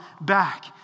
back